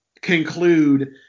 conclude